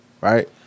right